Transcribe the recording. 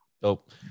dope